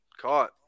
Caught